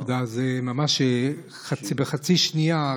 ממש בחצי שנייה,